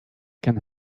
can